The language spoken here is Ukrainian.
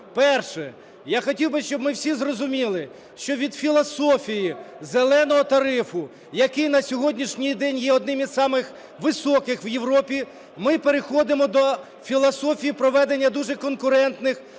перше. Я хотів би, щоб ми всі зрозуміли, що від філософії "зеленого" тарифу, який на сьогоднішній день є одним із самих високих в Європі, ми переходимо до філософії проведення дуже конкурентних аукціонів